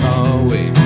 away